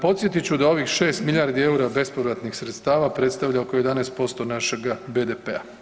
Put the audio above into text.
Podsjetit ću da ovih 6 milijardi eura bespovratnih sredstava predstavlja oko 11% našega BDP-a.